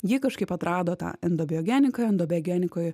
jį kažkaip atrado tą endobiogeniką endobiogenikoj